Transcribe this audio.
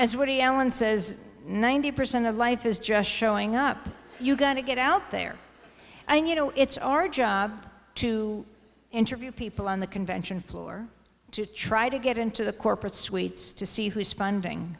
says ninety percent of life is just showing up you got to get out there i mean you know it's our job to interview people on the convention floor to try to get into the corporate suites to see who's funding